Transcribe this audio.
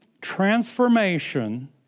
transformation